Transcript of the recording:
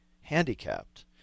handicapped